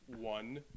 one